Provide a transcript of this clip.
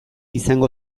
izango